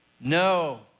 No